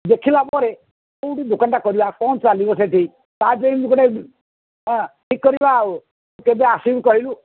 ଦେଖିଲା ପରେ କେଉଁଠି ଦୋକାନଟା କରିବା କ'ଣ ଚାଲିବ ସେଠି ତା ପାଇଁ ଗୋଟେ ଆଁ ଠିକ୍ କରିବା ଆଉ କେବେ ଆସିବୁ କହିଲୁ